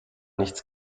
nichts